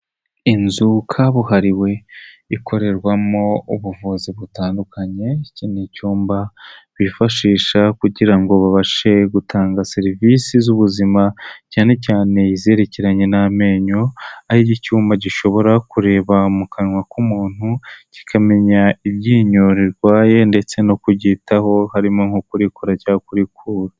Inzu kabuhariwe ikorerwamo ubuvuzi butandukanye, iki ni icyumba bifashisha kugira ngo babashe gutanga serivisi z'ubuzima cyane cyane izerekeranye n'amenyo, hari n'icyuma gishobora kureba mu kanwa k'umuntu kikamenya iryinyo rirwaye ndetse no kuryitaho harimo nko kurikora cyangwa kurikura.